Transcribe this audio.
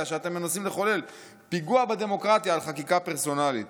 שאתם מנסים לחולל"; פיגוע בדמוקרטיה על חקיקה פרסונלית.